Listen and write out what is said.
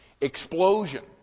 explosion